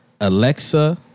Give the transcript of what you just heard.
Alexa